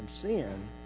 sin